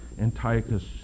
Antiochus